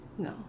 no